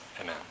Amen